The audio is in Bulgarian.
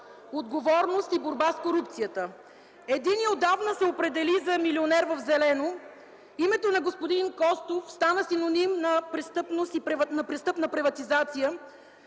отговорност и борба с корупцията. Единият отдавна се определи за милионер в зелено, името на господин Костов стана синоним на престъпна приватизация,